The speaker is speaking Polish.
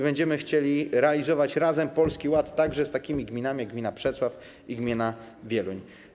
Będziemy chcieli realizować Polski Ład razem z takimi gminami jak gmina Przecław i gmina Wieluń.